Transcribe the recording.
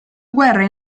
guerra